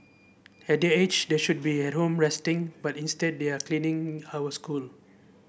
at their age they should be at home resting but instead they are cleaning our school